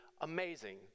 amazing